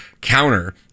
counter